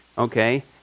Okay